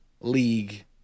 League